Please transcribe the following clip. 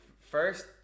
first